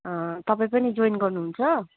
तपाईँ पनि जोइन गर्नुहुन्छ